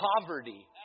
Poverty